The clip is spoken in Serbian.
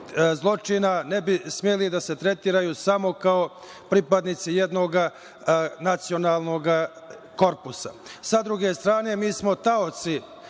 ne bi smeli da se tretiraju samo kao pripadnici jednoga nacionalnoga korpusa. Sa druge strane, mi smo taoci